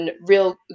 real